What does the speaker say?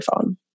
phone